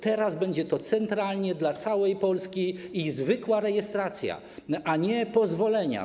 Teraz będzie to centralnie dla całej Polski i będzie zwykła rejestracja, a nie pozwolenia.